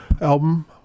album